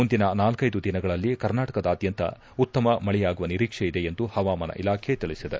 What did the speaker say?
ಮುಂದಿನ ನಾಲ್ಟೈದು ದಿನಗಳಲ್ಲಿ ಕರ್ನಾಟಕದಾದ್ಯಂತ ಉತ್ತಮ ಮಳೆಯಾಗುವ ನಿರೀಕ್ಷೆಯಿದೆ ಎಂದು ಹವಾಮಾನ ಇಲಾಖೆ ತಿಳಿಸಿದೆ